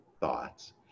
thoughts